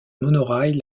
monorail